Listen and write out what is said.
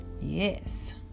Yes